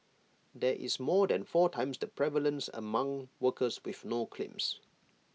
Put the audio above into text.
there is more than four times the prevalence among workers with no claims